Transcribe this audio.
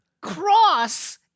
cross